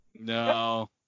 no